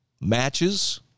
Matches